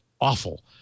awful